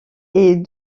est